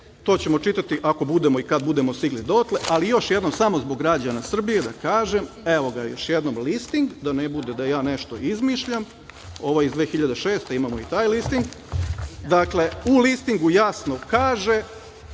to ćemo čitati, ako budemo, i kada budemo stigli dotle, ali još jednom samo zbog građana Srbije da kažem, evo ga još jednom listing, da ne bude da ja nešto izmišljam, ovo je iz 2006. godine imamo i taj listing. Dakle, u listingu jasno kaže